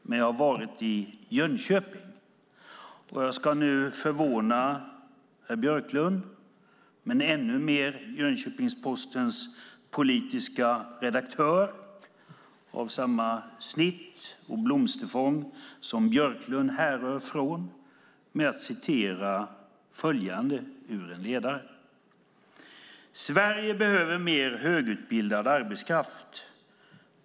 Men jag har varit i Jönköping, och jag ska nu förvåna herr Björklund med ännu mer från Jönköpingspostens politiska redaktör, av samma snitt och blomsterfång som Björklund härrör från, och citera följande ur en ledare. "Sverige behöver mer högutbildad arbetskraft.